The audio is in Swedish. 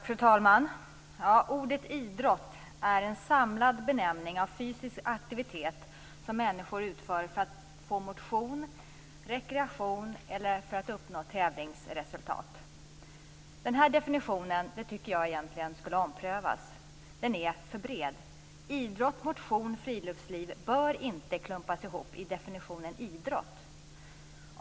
Fru talman! Ordet "idrott" är en samlad benämning för fysisk aktivitet som människor utför för att få motion, för att få rekreation eller för att uppnå tävlingsresultat. Den här definitionen tycker jag egentligen skulle omprövas. Den är för bred. Idrott, motion och friluftsliv bör inte klumpas ihop i definitionen "idrott".